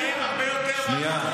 אני לא רוצה לקרוא אותך לסדר קריאה שנייה.